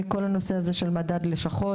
בנושא של מדד הלשכות,